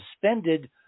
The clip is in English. suspended